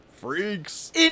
Freaks